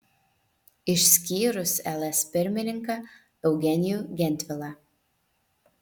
išskyrus ls pirmininką eugenijų gentvilą